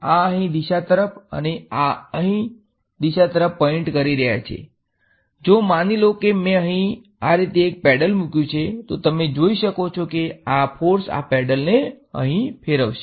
આ અહી દિશાતરફ અને આ અહી દિશા તરફ પોઈન્ટીંગ કરી રહ્યાં છે જો માની લો કે મેં અહીં આ રીતે એક પેડલ મુક્યું છે તો તમે જોઈ શકો છો કે આ ફોર્સ આ પેડલને અહીં ફેરવશે